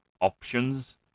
options